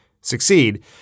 succeed